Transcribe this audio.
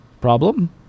Problem